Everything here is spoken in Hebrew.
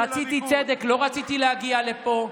רציתי צדק, לא רציתי להגיע לפה.